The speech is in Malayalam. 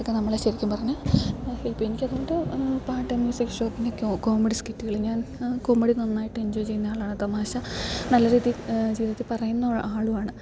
ഇതു നമ്മളെ ശരിക്കും പറഞ്ഞാൽ ഇപ്പം എനിക്കതു കൊണ്ട് പാട്ട് മ്യൂസിക് ഷോ പിന്നെ കോമഡി സ്കിറ്റുകൾ ഞാൻ കോമഡി നന്നായിട്ട് എൻജോയ് ചെയ്യുന്ന ആളാണ് തമാശ നല്ല രീതിയിൽ ജീവിതത്തിൽ പറയുന്ന ആളുമാണ്